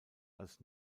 als